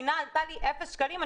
הגינה עלתה לי אפס שקלים,